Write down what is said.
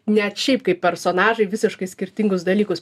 net šiaip kaip personažai visiškai skirtingus dalykus